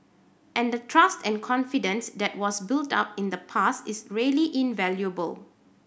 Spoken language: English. and the trust and confidence that was built up in the past is really invaluable